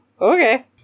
okay